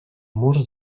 murs